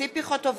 ציפי חוטובלי,